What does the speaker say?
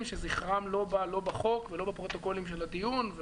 שזכרם לא בא לא בחוק ולא בפרוטוקולים של הדיון.